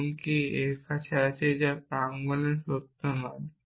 এমনকি কিছু আছে যা প্রাঙ্গনে সত্য নয়